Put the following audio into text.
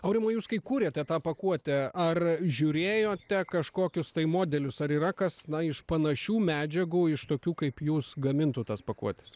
aurimai jūs kai kūrėte tą pakuotę ar žiūrėjote kažkokius tai modelius ar yra kas na iš panašių medžiagų iš tokių kaip jūs gamintų tas pakuotes